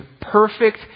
perfect